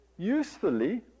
Usefully